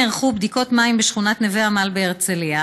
נערכו בדיקות מים בשכונת נווה עמל בהרצליה.